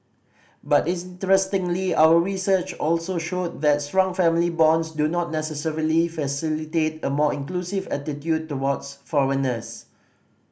but interestingly our research also showed that strong family bonds do not necessarily facilitate a more inclusive attitude towards foreigners